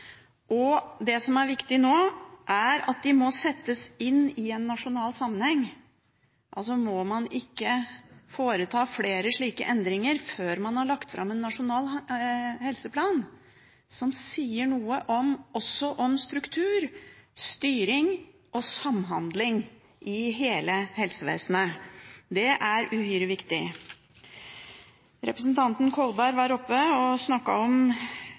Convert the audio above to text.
Det som er viktig nå, er at de må settes inn i en nasjonal sammenheng, og man må ikke foreta flere slike endringer før man har lagt fram en nasjonal helseplan som sier noe også om struktur, styring og samhandling i hele helsevesenet. Det er uhyre viktig. Representanten Kolberg var oppe og snakket om